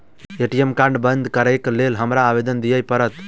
ATM card बंद करैक लेल हमरा आवेदन दिय पड़त?